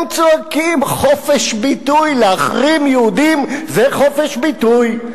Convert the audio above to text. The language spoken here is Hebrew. הם צועקים "חופש ביטוי"; להחרים יהודים זה חופש ביטוי.